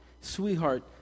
sweetheart